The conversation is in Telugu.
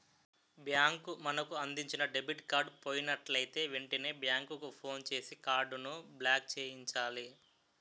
బ్యాంకు మనకు అందించిన డెబిట్ కార్డు పోయినట్లయితే వెంటనే బ్యాంకుకు ఫోన్ చేసి కార్డును బ్లాక్చేయించాలి